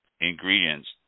ingredients